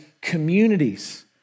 communities